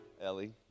Ellie